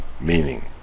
meaning